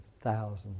thousands